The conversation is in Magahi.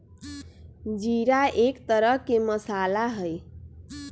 जीरा एक तरह के मसाला हई